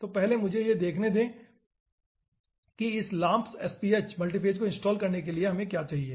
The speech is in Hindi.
तो पहले मुझे यह देखने दें कि इस LAAMPS SPH मल्टीफ़ेज़ को इनस्टॉल करने के लिए हमें क्या चाहिए